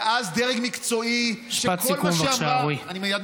ואז דרג מקצועי, שכל מה שאמרת,